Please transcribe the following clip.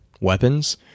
weapons